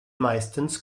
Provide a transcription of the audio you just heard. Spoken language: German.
meistens